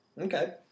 Okay